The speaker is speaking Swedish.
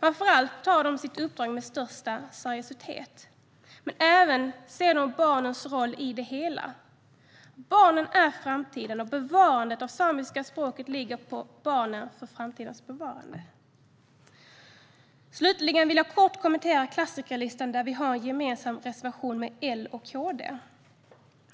Framför allt tar de sitt uppdrag med största seriositet. Men de ser även barnens roll i det hela. Barnen är framtiden, och bevarandet av samiska språket för framtiden ligger hos barnen. Slutligen vill jag kort kommentera klassikerlistan där vi har en gemensam reservation med L och KD.